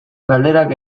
galderak